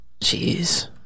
Jeez